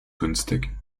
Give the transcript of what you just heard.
günstig